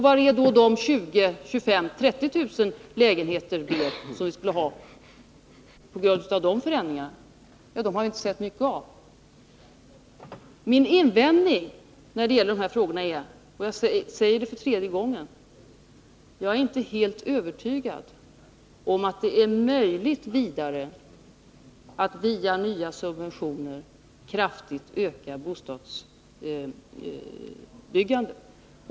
Var är då de 20 000, 25 000 eller 30 000 lägenheter som vi skulle ha fått på grund av de förändringarna? Dem har vi inte sett mycket av! Min invändning när det gäller dessa frågor är — jag säger det för tredje gången — att jag inte är helt övertygad om att det är möjligt att gå vidare, att via nya subventioner kraftigt öka bostadsbyggandet.